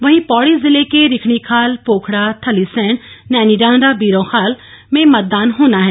वहीं पौड़ी जिले के रिखणीखाल पोखड़ा थलीसैंण नैनीडांडा बीरोंखाल में मतदान होना है